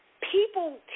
people